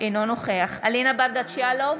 אינו נוכח אלינה ברדץ' יאלוב,